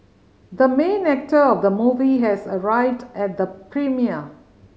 the main actor of the movie has arrived at the premiere